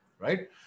right